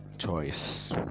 choice